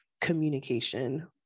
communication